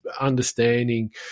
understanding